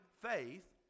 faith